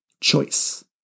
choice